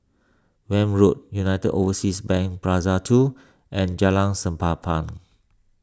Welm Road United Overseas Bank Plaza two and Jalan